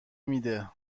میده